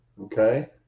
Okay